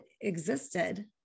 existed